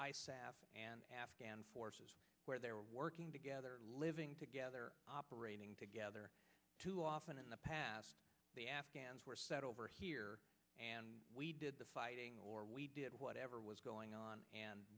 the afghan forces where they're working together living together operating together too often in the past the afghans were over here and we did the fighting or we did whatever was going on and